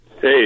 Hey